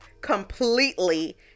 completely